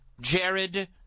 Jared